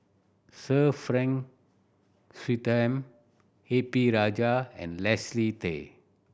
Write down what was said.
Sir Frank Swettenham A P Rajah and Leslie Tay